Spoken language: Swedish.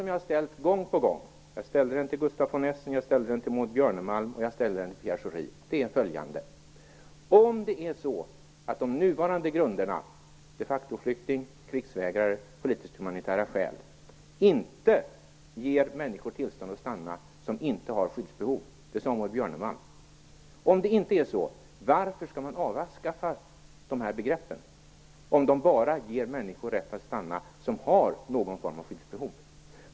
Jag har ställt samma fråga gång på gång. Jag ställde den till Gustaf von Essen och till Maud Björnemalm, och jag ställer den till Pierre Schori: Maud Björnemalm sade att de nuvarande grunderna, de facto-flyktingskap, krigsvägran, politiska och humanitära skäl, inte ger människor utan skyddsbehov tillstånd att stanna. Om det är så, varför skall man då avskaffa dessa begrepp? De ger ju bara människor som har någon form av skyddsbehov rätt att stanna.